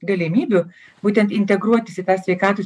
galimybių būtent integruotis į tą sveikatos